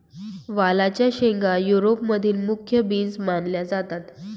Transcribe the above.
वालाच्या शेंगा युरोप मधील मुख्य बीन्स मानल्या जातात